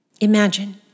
Imagine